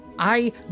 I